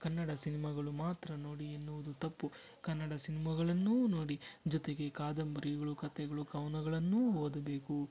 ಕನ್ನಡ ಸಿನ್ಮಾಗಳು ಮಾತ್ರ ನೋಡಿ ಎನ್ನುವುದು ತಪ್ಪು ಕನ್ನಡ ಸಿನ್ಮಗಳನ್ನೂ ನೋಡಿ ಜೊತೆಗೆ ಕಾದಂಬರಿಗಳು ಕಥೆಗಳು ಕವನಗಳನ್ನೂ ಓದಬೇಕು